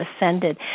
ascended